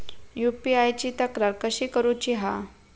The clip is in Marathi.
यू.पी.आय ची तक्रार कशी करुची हा?